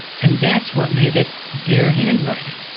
and that's what made it their handwriting.